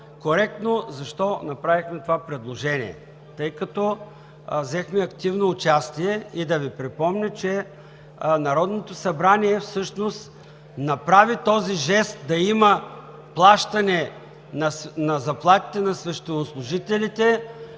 коректно защо направихме това предложение, тъй като взехме активно участие, и да Ви припомня, че Народното събрание всъщност направи този жест – да има плащане на заплатите на свещенослужителите